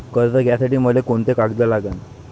कर्ज घ्यासाठी मले कोंते कागद लागन?